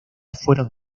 fueron